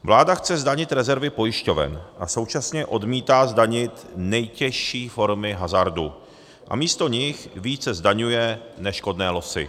Vláda chce zdanit rezervy pojišťoven a současně odmítá zdanit nejtěžší formy hazardu a místo nich více zdaňuje neškodné losy.